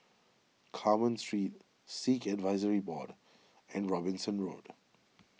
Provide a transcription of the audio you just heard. Carmen Street Sikh Advisory Board and Robinson Road